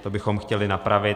To bychom chtěli napravit.